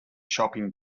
shopping